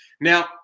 Now